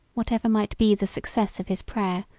whatever might be the success of his prayer,